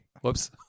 whoops